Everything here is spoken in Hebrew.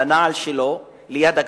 על הנעל שלו, ליד הכביש.